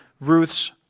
Ruth's